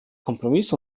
kompromiss